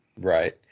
Right